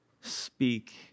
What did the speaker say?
speak